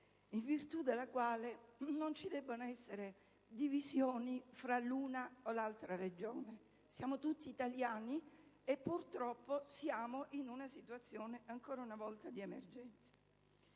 in virtù della quale non ci debbono essere divisioni fra l'una o l'altra regione. Siamo tutti italiani e, purtroppo, siamo in una situazione ancora una volta di emergenza.